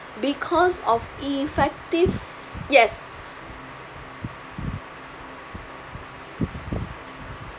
because of effective yes